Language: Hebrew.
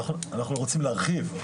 אנחנו רוצים להרחיב.